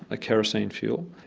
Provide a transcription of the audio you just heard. a kerosene fuel.